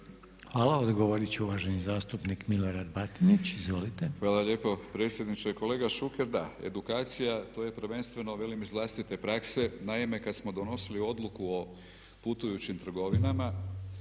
Hvala. Odgovorit će uvaženi zastupnik Milorad Batinić. Izvolite. **Batinić, Milorad (HNS)** Hvala lijepo predsjedniče. Kolega Šuker, da edukacija to je prvenstveno velim iz vlastite prakse, naime kad smo do nosili odluku o putujućim trgovinama